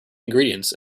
ingredients